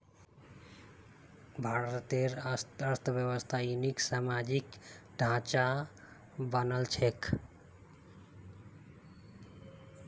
भारतेर अर्थव्यवस्था ययिंमन सामाजिक ढांचा स बनाल छेक